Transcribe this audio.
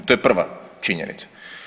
To je prva činjenica.